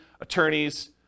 attorneys